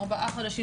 ארבעה חודשים,